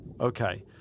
Okay